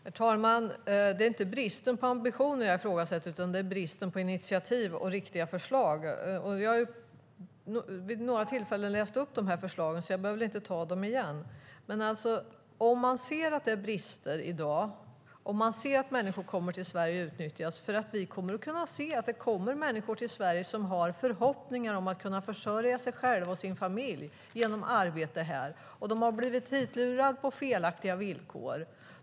Herr talman! Det är inte bristen på ambitioner jag ifrågasätter, utan det är bristen på initiativ och riktiga förslag. Jag har vid några tillfällen läst upp de här förslagen, så jag behöver inte ta dem igen. Men man ser att det är brister i dag. Man ser att människor kommer till Sverige och utnyttjas. Vi kommer att kunna se att det kommer människor till Sverige som har förhoppningar om att kunna försörja sig själva och sin familj genom arbete här. De har blivit hitlurade med felaktiga villkor.